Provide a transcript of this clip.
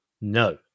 No